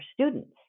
students